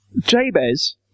Jabez